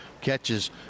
catches